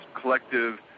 collective